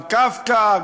גם קפקא,